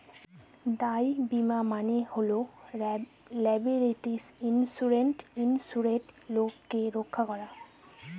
দায় বীমা মানে হল লায়াবিলিটি ইন্সুরেন্সে ইন্সুরেড লোককে রক্ষা করা